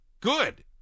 Good